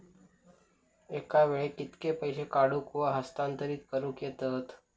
एका वेळाक कित्के पैसे काढूक व हस्तांतरित करूक येतत?